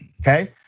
Okay